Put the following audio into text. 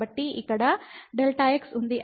కాబట్టి ఇక్కడ Δ x ఉంది